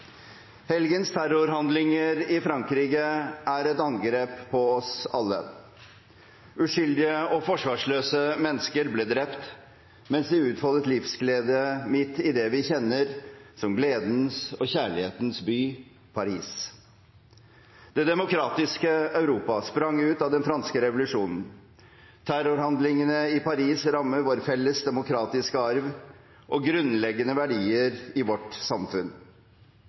Helgens terrorhandlinger i Frankrike er et angrep på oss alle. Uskyldige og forsvarsløse mennesker ble drept mens de utfoldet livsglede midt i det vi kjenner som gledens og kjærlighetens by, Paris. Det demokratiske Europa sprang ut av den franske revolusjonen. Terrorhandlingene i Paris rammer vår felles demokratiske arv og grunnleggende verdier i vårt samfunn.